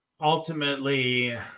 ultimately